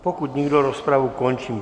Pokud nikdo, rozpravu končím.